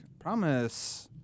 promise